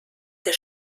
der